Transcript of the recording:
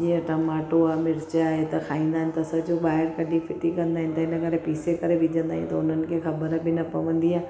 जीअं टमाटो आ थोरा मिर्च आहिनि त खाईंदा आहिनि त सॼा ॿाहिरि कढी फिटी कंदा आहिनि त इनकरे पीसे करे विझंदायूं त हुननि खे ख़बर बि न पवंदी आहे